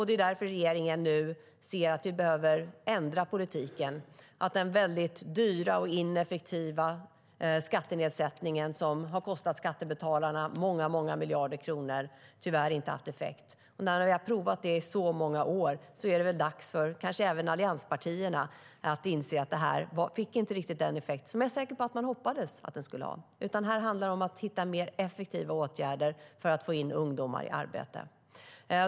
Det är därför regeringen nu ser att vi behöver ändra politiken och att den väldigt dyra och ineffektiva skattenedsättningen, som har kostat skattebetalarna många miljarder kronor, tyvärr inte har haft effekt. När vi nu har provat det i så många år är det väl dags kanske även för allianspartierna att inse att detta inte fick den effekt som man hoppades. Nu handlar det om att hitta mer effektiva åtgärder för att få in ungdomar i arbete.